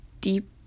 deep